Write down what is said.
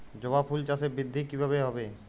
জবা ফুল চাষে বৃদ্ধি কিভাবে হবে?